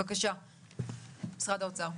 בבקשה, משרד האוצר.